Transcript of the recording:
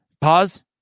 Pause